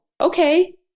okay